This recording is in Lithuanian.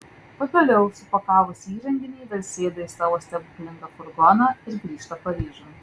pagaliau supakavusi įrenginį vėl sėda į savo stebuklingą furgoną ir grįžta paryžiun